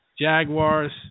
Jaguars